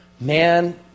man